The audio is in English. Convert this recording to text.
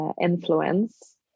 influence